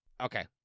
Okay